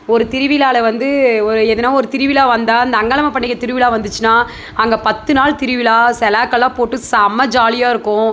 ஒரு திருவிழாவில் வந்து ஒரு எதுனா ஒரு திருவிழா வந்தால் அந்த அங்காளம்மன் பண்டிகை திருவிழா வந்துச்சின்னால் அங்கே பத்து நாள் திருவிழா செலாக்கலாம் போட்டு செம ஜாலியா இருக்கும்